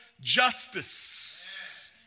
justice